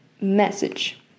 message